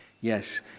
Yes